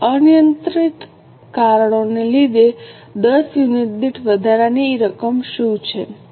તેથી અનિયંત્રિત કારણોને લીધે 10 યુનિટ દીઠ વધારાની રકમ શું છે